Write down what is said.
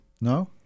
No